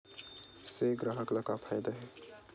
से ग्राहक ला का फ़ायदा हे?